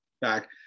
back